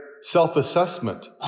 self-assessment